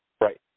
Right